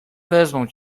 wezmą